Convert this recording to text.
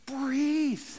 breathe